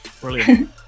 brilliant